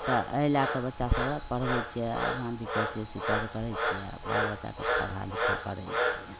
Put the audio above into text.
तऽ एहि लैके बच्चा सभकेँ पढ़बै छिए अपना दिक्कते सिक्कत करै छिए आओर बाल बच्चाकेँ पढ़ा लिखा करै छिए